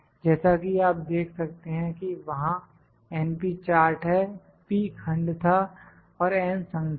जैसा कि आप देख सकते हैं कि वहां np चार्ट है p खंड था और n संख्या है